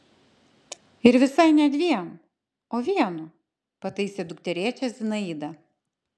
ir visai ne dviem o vienu pataisė dukterėčią zinaida